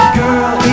girl